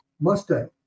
Mustang